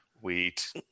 wheat